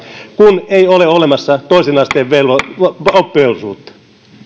kun ei ole olemassa toisen asteen oppivelvollisuutta